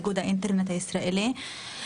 איגוד האינטרנט הישראלי.